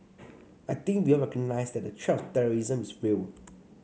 I think we all recognise that the threat of terrorism is real